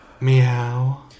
Meow